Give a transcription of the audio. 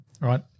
right